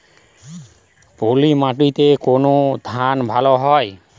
পলিমাটিতে কোন ধান ভালো হয়?